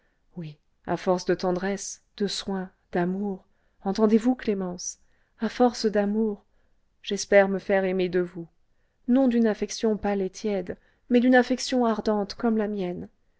oui à force de tendresse de soins d'amour entendez-vous clémence à force d'amour j'espère me faire aimer de vous non d'une affection pâle et tiède mais d'une affection ardente comme la mienne